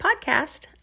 podcast